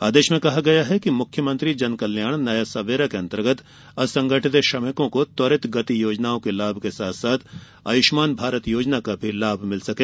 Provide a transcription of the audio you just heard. आदेश में कहा गया है कि मुख्यमंत्री जन कल्याण नया सबेरा के अंतर्गत असंगठित श्रमिकों को त्वरित गति योजनाओं के लाभ के साथ साथ आयुष्मान भारत योजना का भी लाभ मिल सके